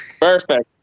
Perfect